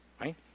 Right